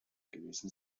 gewesen